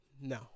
No